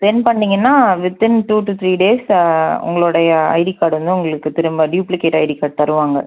send பண்ணிங்கன்னாள் within two to three days உங்களோடைய ID card வந்து உங்களுக்கு திரும்ப டூப்ளிகேட் டி கார்ட் தருவாங்கள்